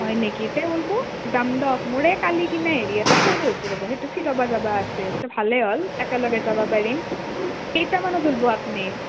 হয় নেকি তেওঁ ওলবো যাম দক মোৰেই কালি কিবা সৰু হেৰি এটা ৰ'ব সেইটো চিলাবা যাবা আছে সেইটো ভালেই হ'ল একেলগে যাবা পাৰিম কেইটামানত ওলবো আপনি